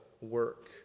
work